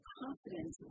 confidence